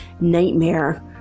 nightmare